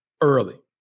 early